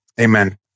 amen